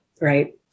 Right